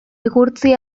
igurtzi